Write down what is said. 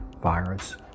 virus